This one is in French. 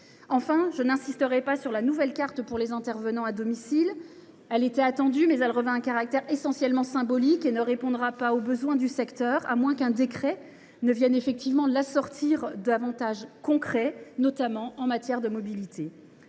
Enfin, je n’insisterai pas sur la nouvelle carte pour les intervenants à domicile. Elle était attendue, mais elle revêt un caractère essentiellement symbolique et ne répondra pas aux besoins du secteur, à moins qu’un décret ne vienne effectivement l’assortir d’avantages concrets, notamment en matière de mobilité.